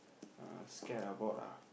uh scared about ah